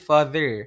Father